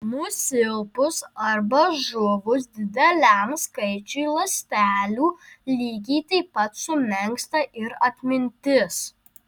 nusilpus arba žuvus dideliam skaičiui ląstelių lygiai taip pat sumenksta ir atmintis